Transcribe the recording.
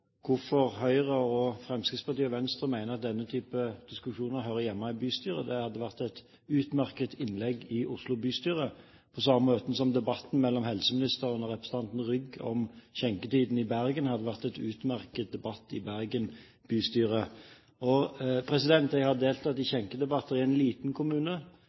hvorfor Høyre, Fremskrittspartiet og Venstre mener at denne type diskusjoner hører hjemme i bystyret. Det hadde vært et utmerket innlegg i Oslo bystyre, på samme måten som debatten mellom helseministeren og representanten Rygg om skjenketidene i Bergen hadde vært en utmerket debatt i Bergen bystyre. Jeg har deltatt i skjenkedebatter i en liten kommune